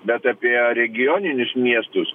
bet apie regioninius miestus